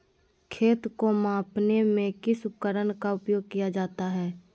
खेत को मापने में किस उपकरण का उपयोग किया जाता है?